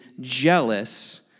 jealous